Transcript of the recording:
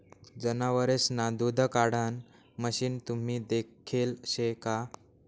जनावरेसना दूध काढाण मशीन तुम्ही देखेल शे का?